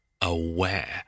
aware